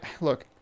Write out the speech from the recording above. Look